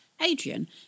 Adrian